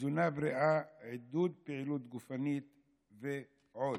תזונה בריאה, עידוד פעילות גופנית ועוד.